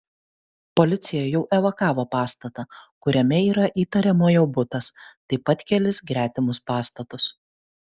policija jau evakavo pastatą kuriame yra įtariamojo butas taip pat kelis gretimus pastatus